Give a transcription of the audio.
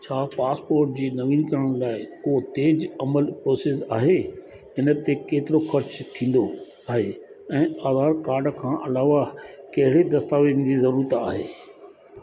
छा पासपोर्ट जी नवीनकरण लाइ को तेज अमल प्रोसेस आहे इन ते केतिरो ख़र्चु थींदो आहे ऐं आधार कार्ड खां अलावा कहिड़े दस्तावेजनि जी जरूरत आहे